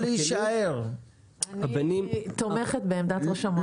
להישאר -- אני תומכת בעמדת ראש המועצה.